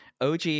OG